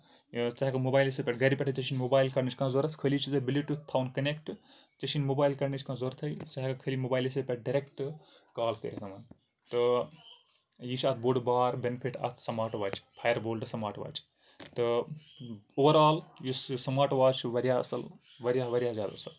ژٕ ہٮ۪ککھ موبایلسٕے پٮ۪ٹھ گرِ پٮ۪ٹھٕے ژےٚ چھُی نہٕ موبایل کڑنٕچ کانٛہہ ضروٗرت خٲلی چھُی ژےٚ بلوٗٹوٗتھ تھاوُن کَنیکٹ ژےٚ چھُی نہٕ موبایل کڑنٕچ کانٛہہ ضوٚرتھٕے ژٕ ہٮ۪ککھ خٲلی موبایلہٕ سٕے پٮ۪ٹھ ڈَریکٹ کال کٔرِتھ تہٕ یہِ چھُ اکھ بوٚڑ بار بینِفٹ اَتھ smart watch Fireboltt smart watch تہٕ اوٚور آل یُس یہِ سٔمارٹ واچ چھُ واریاہ اَصٕل واریاہ واریاہ زیادٕ اَصٕل